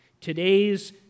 today's